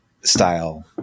style